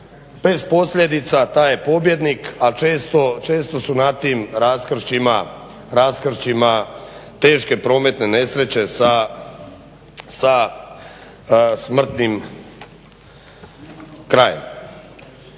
bez posljedica taj je pobjednik, a često su na tim raskršćima teške prometne nesreće sa smrtnim krajem.